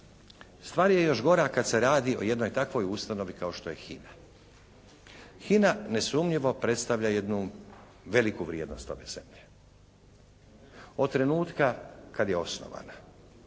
stvar je još gora kad se radi o jednoj takvoj ustanovi kao što je HINA. HINA nesumnjivo predstavlja jednu veliku vrijednost ove zemlje. Od trenutka kad je osnovana.